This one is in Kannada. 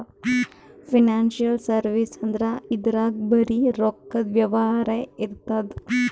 ಫೈನಾನ್ಸಿಯಲ್ ಸರ್ವಿಸ್ ಅಂದ್ರ ಇದ್ರಾಗ್ ಬರೀ ರೊಕ್ಕದ್ ವ್ಯವಹಾರೇ ಇರ್ತದ್